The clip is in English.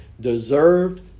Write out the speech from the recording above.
deserved